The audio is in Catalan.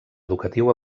educatiu